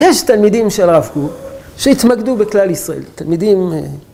‫יש תלמידים של הרב קוק, ‫שהתמקדו בכלל ישראל, תלמידים...